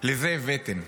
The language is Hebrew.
לזה הבאתם.